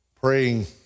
praying